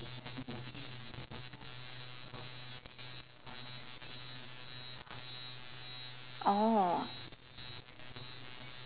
oh